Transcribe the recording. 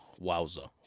Wowza